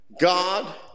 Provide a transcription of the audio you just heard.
God